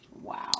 Wow